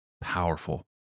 Powerful